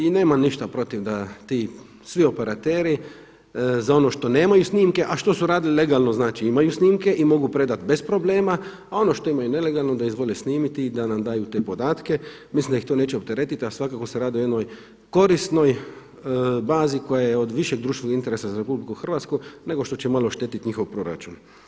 I nemam ništa protiv da ti svi operateri za ono što nemaju snimke, a što su radili legalno znači imaju snimke i mogu predati bez problema, a ono što imaju nelegalno da izvole snimiti i da nam daju te podatke, mislim da ih to neće opteretiti, a svakako se radi o jednoj korisnoj bazi koja je od višeg društvenog interesa za RH nego što će malo štetiti njihov proračun.